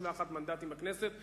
31 מנדטים בכנסת,